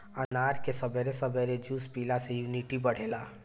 अनार के सबेरे सबेरे जूस पियला से इमुनिटी बढ़ेला